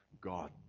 god